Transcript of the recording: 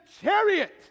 chariot